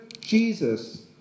Jesus